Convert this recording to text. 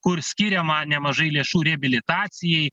kur skiriama nemažai lėšų reabilitacijai